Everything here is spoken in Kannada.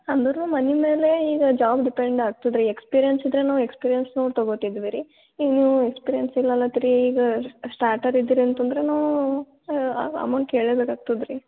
ಅಂದರೂ ಮನೆ ಮೇಲೆ ಜಾಬ್ ಡಿಪೆಂಡ್ ಆಗ್ತದೆ ರೀ ಎಕ್ಸ್ಪೀರಿಯೆನ್ಸ್ ಇದ್ರೆ ಎಕ್ಸ್ಪೀರಿಯೆನ್ಸು ತಗೊಳ್ತಿದ್ದೀವಿ ರೀ ಈಗ ನೀವು ಎಕ್ಸ್ಪೀರಿಯೆನ್ಸ್ ಇಲ್ಲ ಅನ್ನತ್ತೀರಿ ಈಗ ಸ್ಟಾರ್ಟ್ ಇದ್ರಂತಂದ್ರನೂ ಅಮೌಂಟ್ ಕೇಳ್ಳೇಬೇಕಾಗ್ತದೆ ರೀ